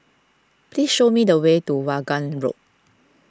please show me the way to Vaughan Road